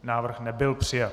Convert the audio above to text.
Návrh nebyl přijat.